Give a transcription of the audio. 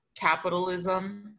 capitalism